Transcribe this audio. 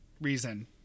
reason